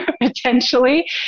potentially